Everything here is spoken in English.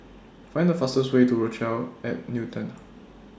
Find The fastest Way to Rochelle At Newton